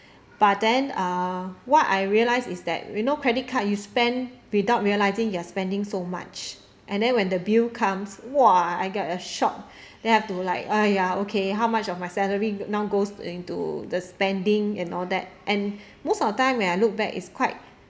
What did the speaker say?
but then uh what I realised is that you know credit card you spend without realising you're spending so much and then when the bill comes !wah! I get a shock then have to like !aiya! okay how much of my salary now goes into the spending and all that and most of the time when I look back is quite